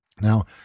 Now